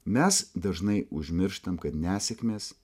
mes dažnai užmirštam kad nesėkmės